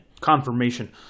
confirmation